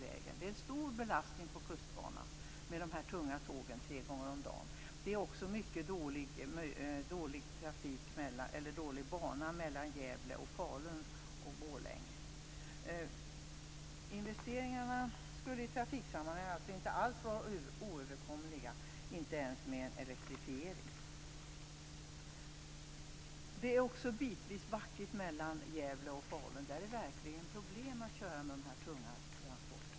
Det är en stor belastning på kustbanan när de tunga tågen kommer tre gånger om dagen. Det är också en mycket dålig bana mellan Gävle, Falun och Borlänge. Investeringarna skulle i trafiksammanhang inte alls vara oöverkomliga - inte ens om man gjorde en elektrifiering. Det är också bitvis backigt mellan Gävle och Falun. Där är det verkligen problem att köra dessa tunga transporter.